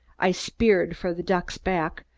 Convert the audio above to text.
i speared for the duck's back,